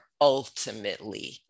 ultimately